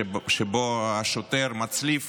שבו השוטר מצליף